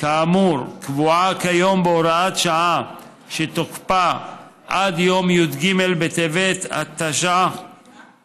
כאמור קבועה כיום בהוראת שעה שתוקפה עד יום י"ג בטבת התשע"ח,